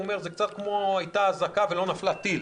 זה קצת כמו שהייתה אזעקה ולא נפל טיל.